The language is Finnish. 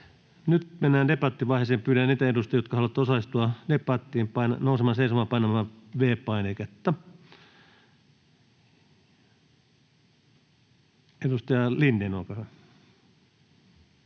Nyt mennään debattivaiheeseen. Pyydän niitä edustajia, jotka haluavat osallistua debattiin, nousemaan seisomaan ja painamaan V-painiketta. — Edustaja Lindén, olkaa hyvä.